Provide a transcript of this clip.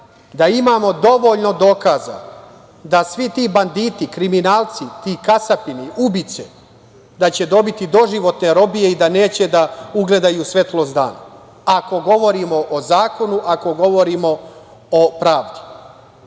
da imamo dovoljno dokaza da svi ti banditi, kriminalci, ti kasapini, ubice, da će dobiti doživotne robije i da neće da ugledaju svetlost dana ako govorimo o zakonu, ako govorimo o pravdi. Na